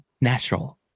natural